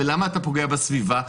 למה אתה פוגע בסביבה?